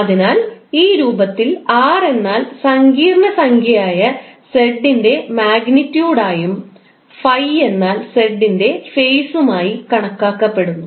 അതിനാൽ ഈ രൂപത്തിൽ r എന്നാൽ സങ്കീർണ്ണ സംഖ്യയായ 𝑧 ൻറെ മാഗ്നിറ്റ്യൂഡ് ആയും ∅ എന്നാൽ 𝑧 ൻറെ ഫേസുമായി കണക്കാക്കപ്പെടുന്നു